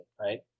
Right